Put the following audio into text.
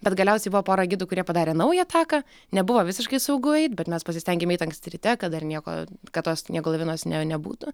bet galiausiai buvo pora gidų kurie padarė naują taką nebuvo visiškai saugu eit bet mes pasistengėm eit anksti ryte kai dar nieko kad tos sniego lavinos ne nebūtų